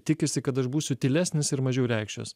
tikisi kad aš būsiu tylesnis ir mažiau reikšiuos